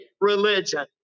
religion